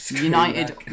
United